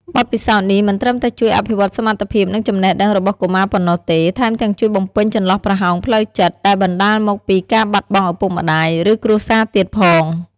បទពិសោធន៍នេះមិនត្រឹមតែជួយអភិវឌ្ឍសមត្ថភាព និងចំណេះដឹងរបស់កុមារប៉ុណ្ណោះទេ ថែមទាំងជួយបំពេញចន្លោះប្រហោងផ្លូវចិត្ត ដែលបណ្ដាលមកពីការបាត់បង់ឪពុកម្ដាយ ឬគ្រួសារទៀតផង។